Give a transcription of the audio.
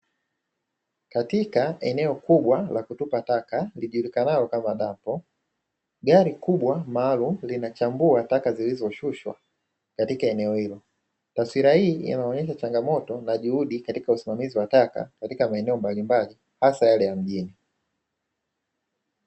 Katika eneo kubwa la kutupa taka lijulikanao kama dampo, gari kubwa maalumu linachambua taka zilizoshushwa katika eneo hilo. Taswira hii inaonesha changamoto na juhudi katika usimamizi wa taka katika maeneo mbalimbali, hasa yale ya mjini.